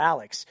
Alex